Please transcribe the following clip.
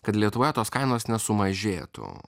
kad lietuvoje tos kainos nesumažėtų